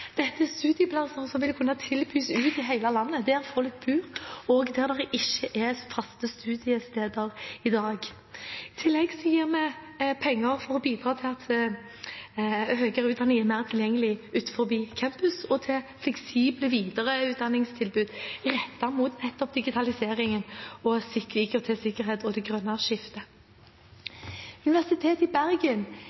Dette er studieplasser som vil kunne tilbys ut i hele landet, der folk bor, og der det ikke er faste studiesteder i dag. I tillegg gir vi penger for å bidra til at høyere utdanning er mer tilgjengelig utenfor campus, og til fleksible videreutdanningstilbud rettet mot nettopp digitalisering og å sikre IKT-sikkerhet og det grønne skiftet.